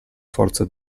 forza